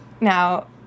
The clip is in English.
Now